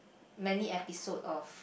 many episode of